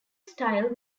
style